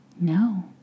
No